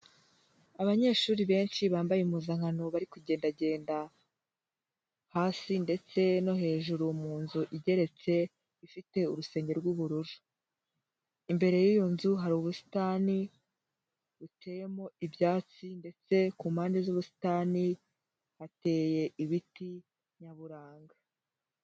Abanyeshuri benshi, bambaye impuzankano bari kugendagenda hasi ndetse no hejuru mu nzu igeretse, ifite urusenge rw'ubururu, imbere y'iyo nzu hari ubusitani buteyemo ibyatsi, ndetse ku mpande z'ubusitani, hateye ibiti nyaburanga.